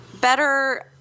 better